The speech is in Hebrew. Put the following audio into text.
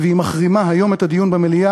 והיא מחרימה היום את הדיון במליאה.